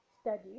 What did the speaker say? study